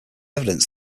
evidence